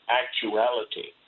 actuality